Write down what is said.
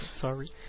sorry